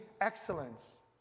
excellence